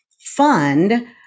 fund